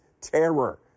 terror